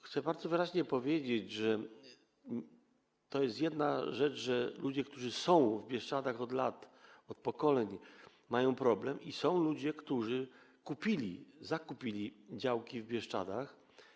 Chcę bardzo wyraźnie powiedzieć, że to jest jedna rzecz, że ludzie, którzy są w Bieszczadach od lat, od pokoleń, mają problem, ale są też ludzie, którzy zakupili działki w Bieszczadach.